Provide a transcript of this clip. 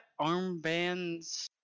armbands